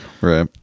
right